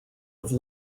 have